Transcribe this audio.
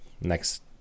next